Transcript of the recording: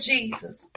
Jesus